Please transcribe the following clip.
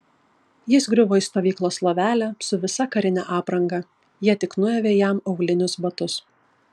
jis griuvo į stovyklos lovelę su visa karine apranga jie tik nuavė jam aulinius batus